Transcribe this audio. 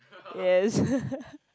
yes